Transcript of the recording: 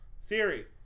Siri